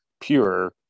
pure